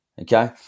okay